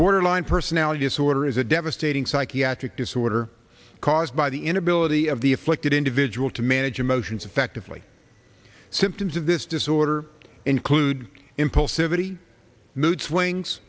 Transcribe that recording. borderline personality disorder is a devastating psychiatric disorder caused by the inability of the afflicted individual to manage emotions effectively symptoms of this disorder include impulsivity mood swings